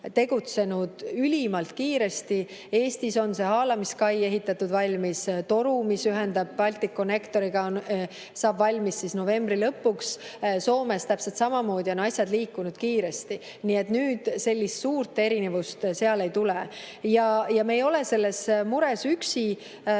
ülimalt kiiresti. Eestis on see haalamiskai ehitatud valmis ja toru, mis ühendab Balticconnectoriga, saab valmis novembri lõpuks. Soomes on täpselt samamoodi asjad liikunud kiiresti. Nii et sellist suurt erinevust ei tule. Ja me ei ole selles mures üksi.